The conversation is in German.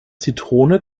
zitrone